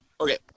Okay